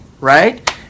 right